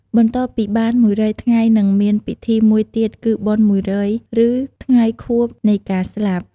បន្ទាប់ពីបាន១០០ថ្ងៃនឹងមាន ពិធីមួយទៀត គឺបុណ្យ១០០ ឬ ថ្ងៃខួបនៃការស្លាប់។